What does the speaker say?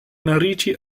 narici